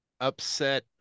upset